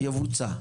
יבוצע?